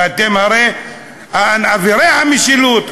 ואתם הרי אבירי המשילות,